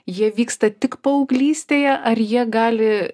jie vyksta tik paauglystėje ar jie gali